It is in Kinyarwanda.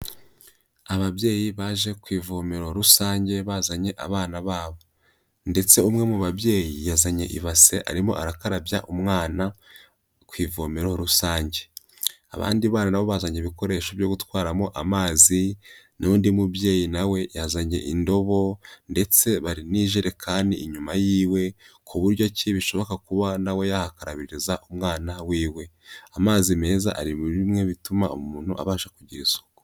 Ababyeyi baje ku ivomero rusange bazanye abana babo, ndetse umwe mu babyeyi yazanye ibase arimo arakarabya umwana ku ivomero rusange, abandi bana nabo bazanye ibikoresho byo gutwaramo amazi, n'undi mubyeyi nawe yazanye indobo ndetse bari ni ijerekani inyuma y'iwe, ku buryo ki bishobora kuba nawe yahakarabiriza umwana w'iwe, amazi meza ari muri bimwe bituma umuntu abasha kugira isuku.